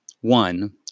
One